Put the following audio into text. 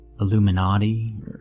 Illuminati